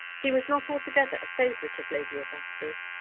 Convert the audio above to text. he was not altogether a favourite of lady augusta's.